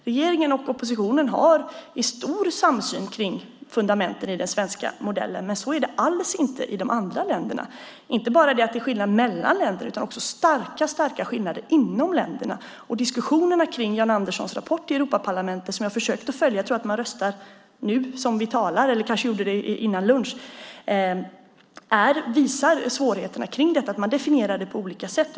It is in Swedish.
Regeringen och oppositionen har stor samsyn kring fundamenten i den svenska modellen. Men så är det inte alls i de andra länderna. Det är inte bara skillnad mellan länder, det är också starka skillnader inom länderna. Diskussionerna om Jan Anderssons rapport i Europaparlamentet som jag har försökt att följa - man röstar om den i dag - visar svårigheterna i detta. Man definierar det på olika sätt.